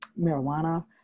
marijuana